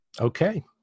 Okay